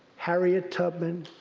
harriet tubman,